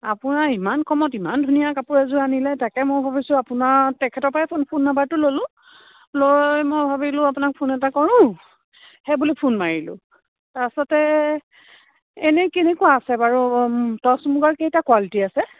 আপোনাৰ ইমান কমত ইমান ধুনীয়া কাপোৰ এযোৰ আনিলে তাকে মই ভাবিছোঁ আপোনাৰ তেখেতৰ পৰাই ফো ফোন নাম্বাৰটো ল'লোঁ লৈ মই ভাবিলোঁ আপোনাক ফোন এটা কৰোঁ সেইবুলি ফোন মাৰিলোঁ তাৰপাছতে এনেই কেনেকুৱা আছে বাৰু টছ মুগাৰ কেইটা কুৱালিটী আছে